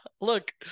Look